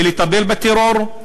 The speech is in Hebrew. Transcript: ולטפל בטרור,